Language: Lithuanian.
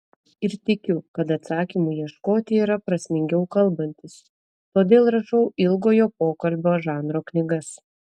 ir tikiu kad atsakymų ieškoti yra prasmingiau kalbantis todėl rašau ilgojo pokalbio žanro knygas